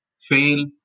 fail